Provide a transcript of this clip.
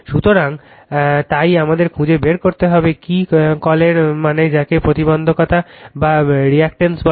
সুতরাং তাই আমাদের খুঁজে বের করতে হবে কি কলের মান যাকে প্রতিবন্ধকতা বলে